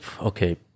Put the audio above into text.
Okay